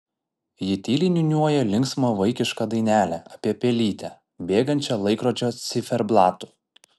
ji tyliai niūniuoja linksmą vaikišką dainelę apie pelytę bėgančią laikrodžio ciferblatu